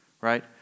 right